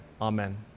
Amen